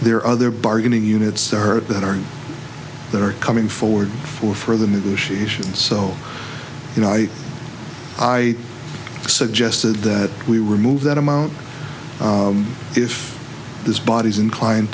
there are other bargaining units the hurt that are that are coming forward for further negotiations so you know i i suggested that we remove that amount if this body is inclined